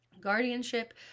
Guardianship